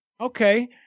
okay